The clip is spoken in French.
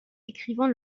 décrivant